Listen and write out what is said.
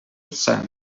sands